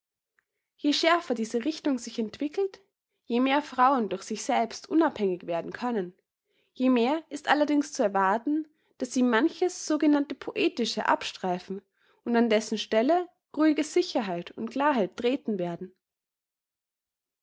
je schärfer diese richtung sich entwickelt je mehr frauen durch sich selbst unabhängig werden können je mehr ist allerdings zu erwarten daß sie manches sogenannte poetische abstreifen und an dessen stelle ruhige sicherheit und klarheit treten werden